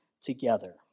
together